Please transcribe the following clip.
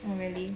oh really